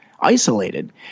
isolated